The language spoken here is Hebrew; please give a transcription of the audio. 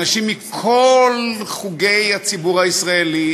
אנשים מכל חוגי הציבור הישראלי,